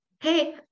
hey